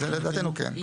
מבחינתנו כן.